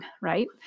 right